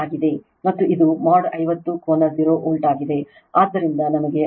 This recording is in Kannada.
ಮತ್ತು ಇದು ಮಾಡ್ 50 ಕೋನ 0 ವೋಲ್ಟ್ ಆಗಿದೆ